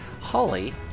Holly